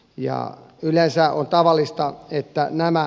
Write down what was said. ja yleensä on tavallista että nämä